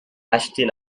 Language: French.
acheter